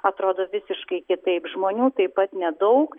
atrodo visiškai kitaip žmonių taip pat nedaug